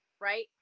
right